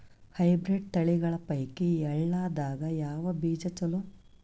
Hybrid ತಳಿಗಳ ಪೈಕಿ ಎಳ್ಳ ದಾಗ ಯಾವ ಬೀಜ ಚಲೋ?